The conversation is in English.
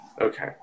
Okay